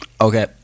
Okay